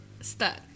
stuck